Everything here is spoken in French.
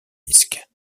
disques